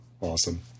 Awesome